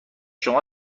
شما